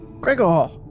Gregor